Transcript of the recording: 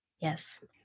yes